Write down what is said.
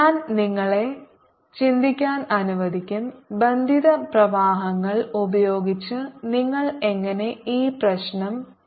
ഞാൻ നിങ്ങളെ ചിന്തിക്കാൻ അനുവദിക്കും ബന്ധിത പ്രവാഹങ്ങൾ ഉപയോഗിച്ച് നിങ്ങൾ എങ്ങനെ ഈ പ്രശ്നം പരിഹരിക്കും